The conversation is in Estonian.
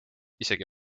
isegi